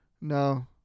no